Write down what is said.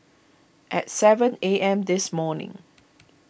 at seven A M this morning